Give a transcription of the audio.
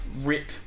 rip